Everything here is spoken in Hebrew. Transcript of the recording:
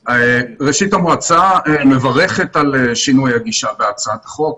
ראשית, המועצה מברכת על שינוי הגישה בהצעת החוק.